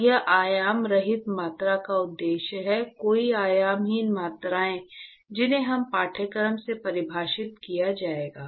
तो यह आयाम रहित मात्रा का उद्देश्य है कई आयामहीन मात्राएँ जिन्हें इस पाठ्यक्रम में परिभाषित किया जाएगा